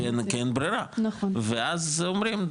כי אין ברירה ואז אומרים,